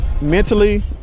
mentally